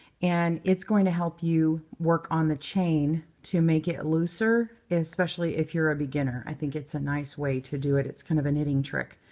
and it's going to help you work on the chain to make it looser. especially if you're a beginner, i think it's a nice way to do it. it's kind of a knitting trick.